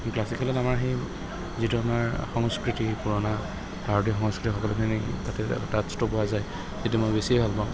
ক্লাছিকেলত আমাৰ সেই যিটো আমাৰ সংস্কৃতি পুৰণা ভাৰতীয় সংস্কৃতি সকলোখিনি তাতে টাচটো পোৱা যায় সেইটো মই বেছিয়ে ভাল পাওঁ